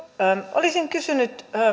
olisin kysynyt